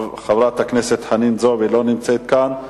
חברת הכנסת חנין זועבי, לא נמצאת כאן.